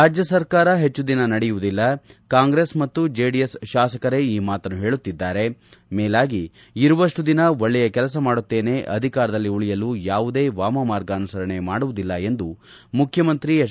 ರಾಜ್ಯ ಸರ್ಕಾರ ಹೆಚ್ಚುದಿನ ನಡೆಯುವುದಿಲ್ಲ ಕಾಂಗ್ರೆಸ್ ಮತ್ತು ಜೆಡಿಎಸ್ ಶಾಸಕರೆ ಈ ಮಾತನ್ನು ಹೇಳುತ್ತಿದ್ದಾರೆ ಮೇಲಾಗಿ ಇರುವಷ್ಟು ದಿನ ಒಳ್ಳೆಯ ಕೆಲಸ ಮಾಡುತ್ತೇನೆ ಅಧಿಕಾರದಲ್ಲಿ ಉಳಿಯಲು ಯಾವುದೆ ವಾಮಮಾರ್ಗ ಅನುಸರಣೆ ಮಾಡುವುದಿಲ್ಲ ಎಂದು ಮುಖ್ಯಮಂತ್ರಿ ಎಚ್